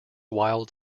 wild